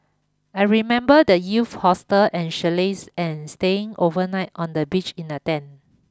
I remember the youth hostels and chalets and staying overnight on the beach in a tent